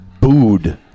booed